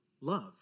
love